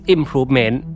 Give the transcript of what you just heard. Improvement